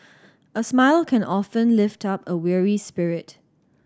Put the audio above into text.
a smile can often lift up a weary spirit